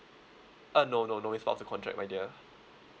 uh no no no it's part of the contract my dear